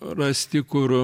rasti kur